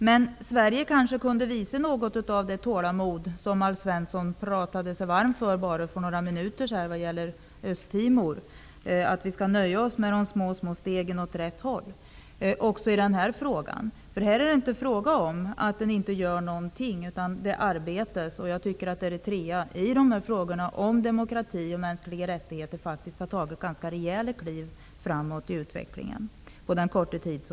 Men Sverige kanske kunde visa något av det tålamod som Alf Svensson talade sig varm för för några minuter sedan i fråga om Östtimor, att vi skall nöja oss med de små stegen åt rätt håll också i detta fall. Här är det inte fråga om att det inte görs någonting, utan det arbetas. I Eritrea har man i fråga om mänskliga rättigheter och demokrati faktiskt tagit ganska rejäla kliv framåt i utvecklingen på en kort tid.